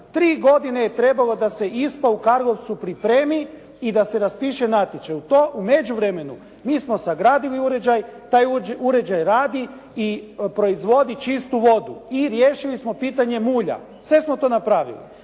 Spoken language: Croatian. Tri godine je trebao da se ISPA u Karlovcu pripremi i da se raspiše natječaj. U međuvremenu mi smo sagradili uređaj, taj uređaj radi i proizvodi čistu vodu. I riješili smo pitanje mulja. Sve smo to napravili.